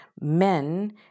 men